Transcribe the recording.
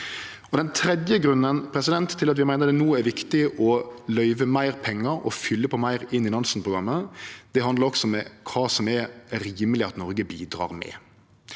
gjere det. Den tredje grunnen til at vi meiner det no er viktig å løyve meir pengar og fylle på meir inn i Nansen-programmet, handlar om kva som er rimeleg at Noreg bidrar med.